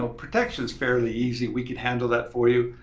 ah protection's fairly easy, we could handle that for you.